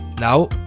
Now